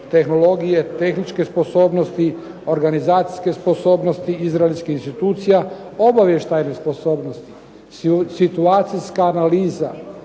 tehnologije, tehničke sposobnosti, organizacijske sposobnosti izraelskih institucija, obavještajne sposobnosti, situacijska analiza,